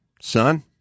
son